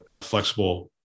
flexible